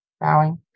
bowing